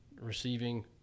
receiving